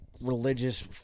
religious